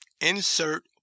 insert